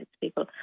people